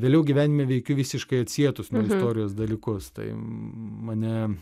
vėliau gyvenime veikiu visiškai atsietos nuo istorijos dalykus tai mane